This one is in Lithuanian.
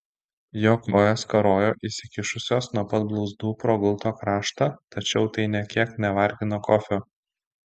jo kojos karojo išsikišusios nuo pat blauzdų pro gulto kraštą tačiau tai nė kiek nevargino kofio